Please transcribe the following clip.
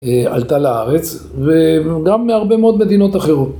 עלתה לארץ וגם מהרבה מאוד מדינות אחרות.